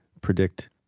predict